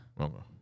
Okay